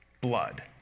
blood